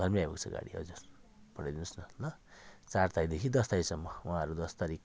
घरमै आउँछ गाडी हजुर पठाइदिनु होस् न ल चार तारिकदेखि दस तारिकसम्म उहाँहरू दस तारिक